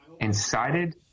incited